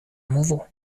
movo